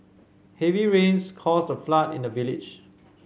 heavy rains caused a flood in the village